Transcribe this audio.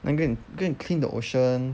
then go and go and clean the ocean